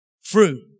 fruit